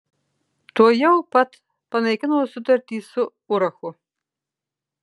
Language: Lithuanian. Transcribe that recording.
tuojau pat panaikino sutartį su urachu